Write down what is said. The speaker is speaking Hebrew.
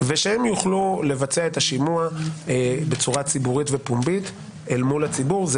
והם יוכלו לבצע את השימוע בצורה ציבורית ופומבית אל מול הציבור.